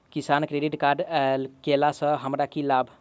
किसान credit card लेला सऽ हमरा की लाभ?